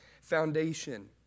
foundation